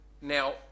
now